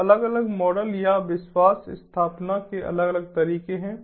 तो अलग अलग मॉडल या विश्वास स्थापना के अलग अलग तरीके हैं